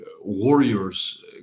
warriors